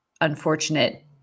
unfortunate